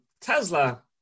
tesla